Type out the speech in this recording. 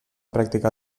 practicar